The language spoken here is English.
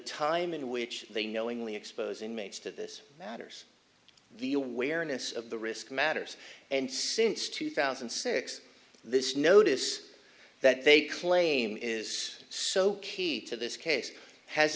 time in which they knowingly expose inmates to this matters the awareness of the risk matters and since two thousand and six this notice that they claim is so key to this case has